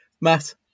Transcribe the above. matt